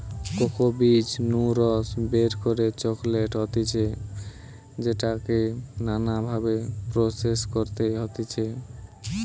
cocoa বীজ নু রস বের করে চকলেট হতিছে যেটাকে নানা ভাবে প্রসেস করতে হতিছে